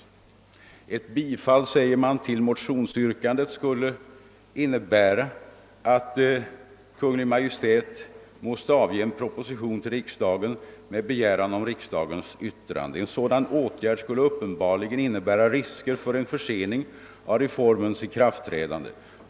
Det står bl.a. följande: »Ett bifall till motionsyrkandet skulle innebära att Kungl. Maj:t måste avge en proposition till riksdagen med begäran om riksdagens yttrande. En sådan åtgärd skulle uppenbarligen innebära risker för en försening av reformens ikraftträdande.